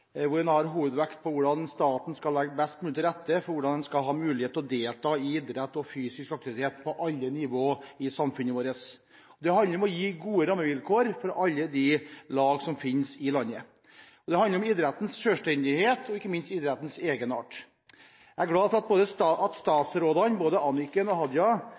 har hovedvekt på hvordan staten skal legge best mulig til rette for hvordan man skal ha mulighet til å delta i idrett og fysisk aktivitet på alle nivåer i samfunnet vårt. Det handler om å gi gode rammevilkår for alle de lag som finnes i landet, og det handler om idrettens selvstendighet og ikke minst idrettens egenart. Jeg er glad for at statsrådene, både